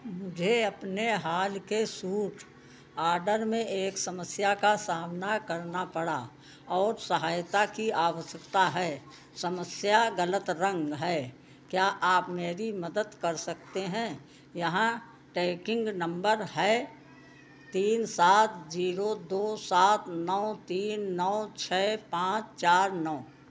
मुझे अपने हाल के सूट ऑर्डर में एक समस्या का सामना करना पड़ा और सहायता की आवश्यकता है समस्या गलत रंग है क्या आप मेरी मदद कर सकते हैं यहां टैकिंग नंबर है तीन सात जीरो दो सात नौ तीन नौ छः पाँच चार नौ